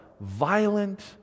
violent